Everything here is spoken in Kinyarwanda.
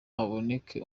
haboneke